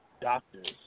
doctors